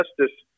justice